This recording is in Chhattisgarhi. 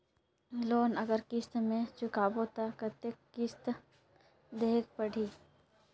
लोन अगर किस्त म चुकाबो तो कतेक किस्त देहेक पढ़ही?